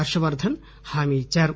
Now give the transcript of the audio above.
హర్షవర్దన్ హామి ఇచ్చారు